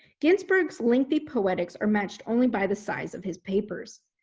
ginsburg's lengthy poetics are matched only by the size of his papers.